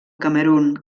camerun